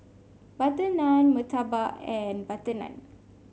butter naan murtabak and butter naan